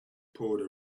poured